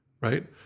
Right